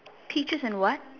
peaches and what